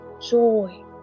joy